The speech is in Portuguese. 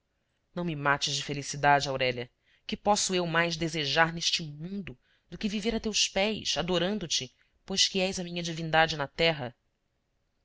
não me mates de felicidade aurélia que posso eu mais desejar neste mundo do que viver a teus pés adorando te pois que és a minha divindade na terra